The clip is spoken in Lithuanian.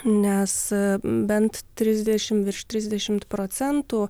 nes bent trisdešimt virš trisdešimt procentų